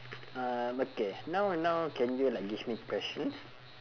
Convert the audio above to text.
um okay now now can you like give me questions